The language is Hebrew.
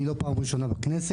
אני לא פעם ראשונה בכנסת.